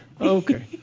Okay